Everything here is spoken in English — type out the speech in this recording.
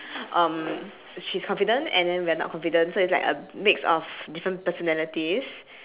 um sh~ she's confident and then we are not confident so it's like a mix of different personalities